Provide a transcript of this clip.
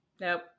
Nope